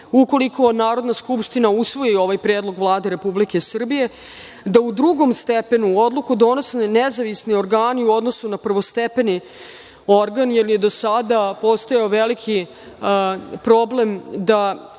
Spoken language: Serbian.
ukoliko Narodna skupština usvoji ovaj predlog Vlade Republike Srbije, da u drugom stepenu odluku donose nezavisni organi u odnosu na prvostepeni organ, jer je do sada postojao veliki problem da